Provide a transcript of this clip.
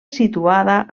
situada